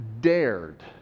dared